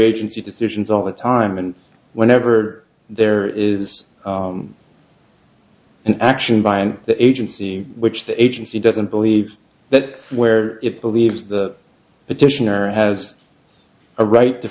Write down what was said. agency decisions all the time and whenever there is an action by the agency which the agency doesn't believe that where it believes the petitioner has a right to